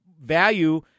value